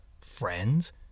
friends